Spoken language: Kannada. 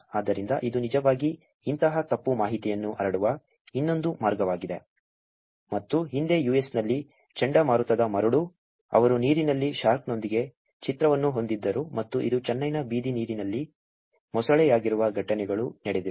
ಆದ್ದರಿಂದ ಇದು ನಿಜವಾಗಿ ಇಂತಹ ತಪ್ಪು ಮಾಹಿತಿಯನ್ನು ಹರಡುವ ಇನ್ನೊಂದು ಮಾರ್ಗವಾಗಿದೆ ಮತ್ತು ಹಿಂದೆ US ನಲ್ಲಿ ಚಂಡಮಾರುತದ ಮರಳು ಅವರು ನೀರಿನಲ್ಲಿ ಶಾರ್ಕ್ನೊಂದಿಗೆ ಚಿತ್ರವನ್ನು ಹೊಂದಿದ್ದರು ಮತ್ತು ಇದು ಚೆನ್ನೈನ ಬೀದಿ ನೀರಿನಲ್ಲಿ ಮೊಸಳೆಯಾಗಿರುವ ಘಟನೆಗಳು ನಡೆದಿವೆ